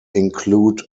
include